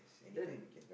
then